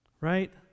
right